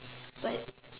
but